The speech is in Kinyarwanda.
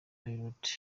pierrot